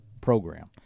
program